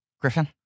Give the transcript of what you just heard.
Griffin